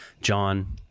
john